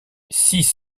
six